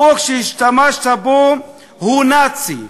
החוק שהשתמשת בו הוא נאצי,